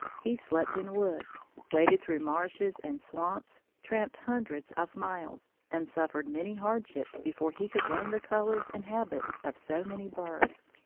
he slept in woods, waded through marshes and swamps, tramped hundreds of miles, and suffered many hardships before he could learn the colors and habits of so many birds.